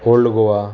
old Goa